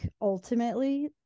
ultimately